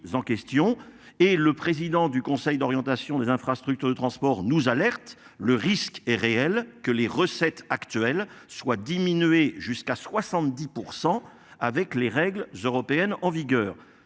en question et le président du conseil d'orientation des infrastructures de transport nous alertent le risque est réel que les recettes actuelles soit diminuer jusqu'à 70% avec les règles européennes en vigueur.